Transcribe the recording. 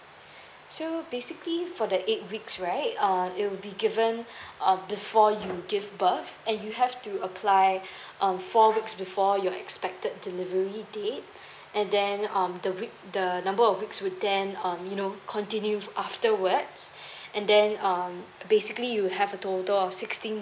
so basically for the eight weeks right um it will be given um before you give birth and you have to apply um four weeks before your expected delivery date and then um the week the number of weeks will then um you know continue afterwards and then um basically you have a total of sixteen